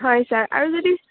হয় ছাৰ আৰু যদি